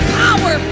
power